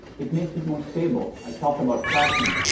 it makes it more stable, i talked about crashing.